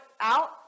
out